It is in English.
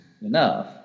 enough